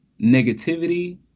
negativity